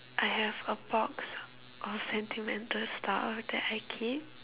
I have a box of sentimental stuff that I keep